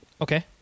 Okay